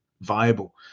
viable